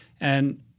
And-